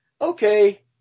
Okay